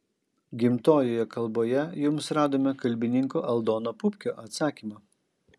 gimtojoje kalboje jums radome kalbininko aldono pupkio atsakymą